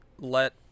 let